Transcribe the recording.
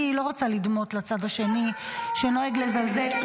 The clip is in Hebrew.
אני לא רוצה לדמות לצד השני, שנוהג לזלזל.